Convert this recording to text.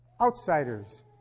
outsiders